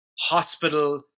hospital